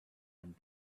and